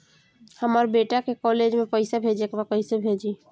हमर बेटा के कॉलेज में पैसा भेजे के बा कइसे भेजी?